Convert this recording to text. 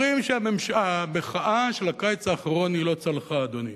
אומרים שהמחאה של הקיץ האחרון לא צלחה, אדוני.